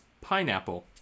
pineapple